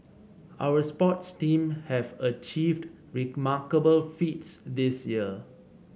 our sports teams have achieved remarkable feats this year